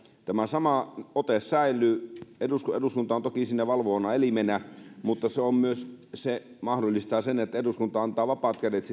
tämä sama ote säilyy eduskunta eduskunta on toki siinä valvovana elimenä mutta se myös mahdollistaa sen että eduskunta antaa vapaat kädet